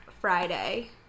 Friday